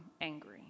angry